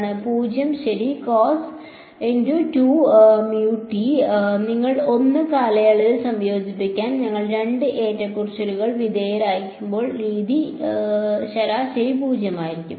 0 ശരി നിങ്ങൾ 1 കാലയളവിൽ സംയോജിപ്പിച്ചാൽ നമ്മൾ 2 ഏറ്റക്കുറച്ചിലുകൾക്ക് വിധേയരായിരിക്കുന്ന രീതി ശരാശരി 0 ആയിരിക്കും